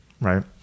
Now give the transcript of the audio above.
right